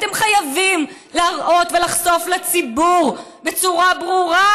אתם חייבים להראות ולחשוף לציבור בצורה ברורה,